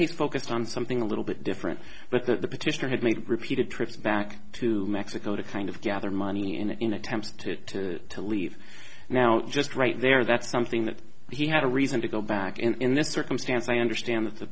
case focused on something a little bit different but that the petitioner had made repeated trips back to mexico to kind of gather money in an attempt to to leave now just right there that's something that he had a reason to go back in this circumstance i understand that the